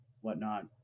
whatnot